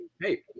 Hey